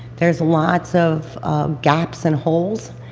there's lots of gaps and holes.